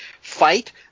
fight